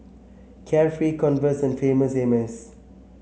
Carefree Converse and Famous Amos